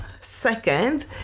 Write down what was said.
Second